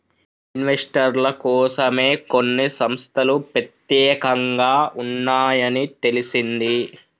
ఇన్వెస్టర్ల కోసమే కొన్ని సంస్తలు పెత్యేకంగా ఉన్నాయని తెలిసింది